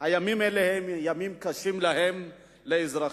הימים האלה הם ימים קשים להם, לאזרחים.